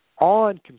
on